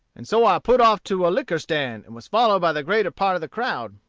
and so i put off to a liquor-stand, and was followed by the greater part of the crowd.